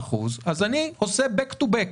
25% אז הייתי עושה back to back.